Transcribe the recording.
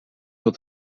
tot